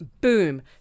boom